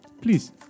please